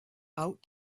out